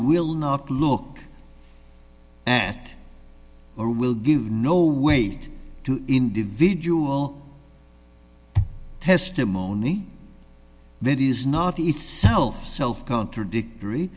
will not look at or will give no weight to individual testimony that is not itself self contradictory